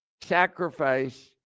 sacrifice